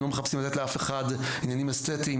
הם לא מחפשים לתת לאף אחד עניינים אסתטיים